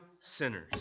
sinners